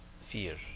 fear